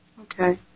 Okay